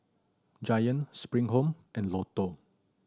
Giant Spring Home and Lotto